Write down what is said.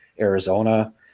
Arizona